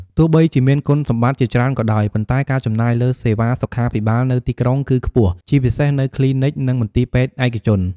ទោះបីជាមានគុណសម្បត្តិជាច្រើនក៏ដោយ ប៉ុន្តែការចំណាយលើសេវាសុខាភិបាលនៅទីក្រុងគឺខ្ពស់ ជាពិសេសនៅគ្លីនិក និងមន្ទីរពេទ្យឯកជន។